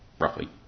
roughly